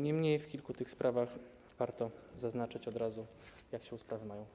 niemniej w kilku tych kwestiach warto zaznaczyć od razu, jak się sprawy mają.